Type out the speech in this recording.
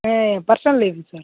personal லைஃபுக்கு sir